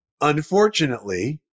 Unfortunately